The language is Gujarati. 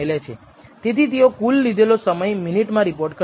તેથી તેઓ કુલ લીધેલો સમય મિનિટમાં રિપોર્ટ કરશે